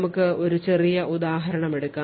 നമുക്ക് ഒരു ചെറിയ ഉദാഹരണം എടുക്കാം